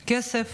בכסף,